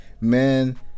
Man